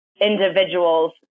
individuals